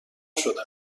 شده